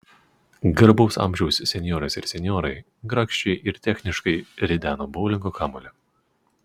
garbaus amžiaus senjorės ir senjorai grakščiai ir techniškai rideno boulingo kamuolį